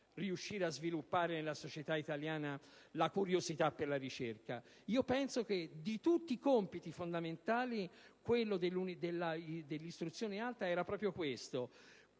riuscire a sviluppare nella società italiana la curiosità per la ricerca. Penso che di tutti i compiti fondamentali quello dell'istruzione alta sia proprio questo: